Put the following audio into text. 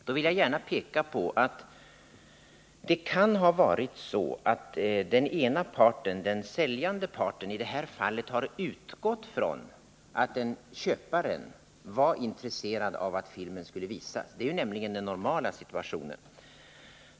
Då vill jag gärna peka på att det kan ha varit så att den ena parten — den säljande parten — i det här fallet har utgått från att köparen var intresserad av att filmen skulle visas. Det är ju den normala situationen.